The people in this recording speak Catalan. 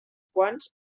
quants